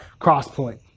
Crosspoint